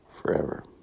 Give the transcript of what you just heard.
forever